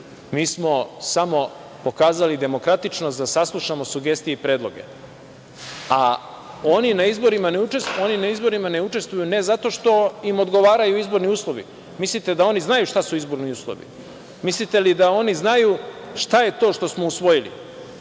mi smo samo pokazali demokratičnost da saslušamo sugestije i predloge, a oni na izborima ne učestvuju ne zato što im odgovaraju izborni uslovi… Mislite da oni znaju šta su izborni uslovi? Mislite li da oni znaju šta je to što smo usvojili?